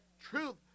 Truth